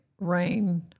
rain